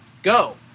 Go